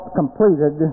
completed